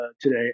today